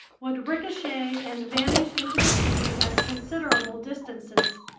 would ricochet and vanish into the sea at considerable distances.